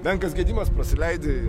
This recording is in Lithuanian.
menkas gedimas prasileidi